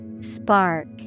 Spark